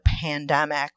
pandemic